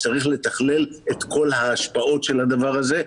צריך לתכלל את כל ההשפעות של הדבר הזה,